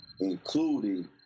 including